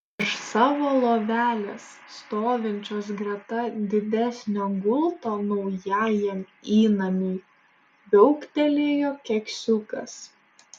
iš savo lovelės stovinčios greta didesnio gulto naujajam įnamiui viauktelėjo keksiukas